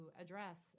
address